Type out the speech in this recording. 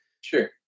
Sure